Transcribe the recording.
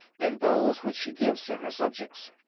than those which she gives to her subjects.